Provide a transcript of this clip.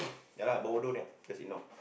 ya lah buat bodoh only ah just ignore